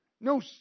no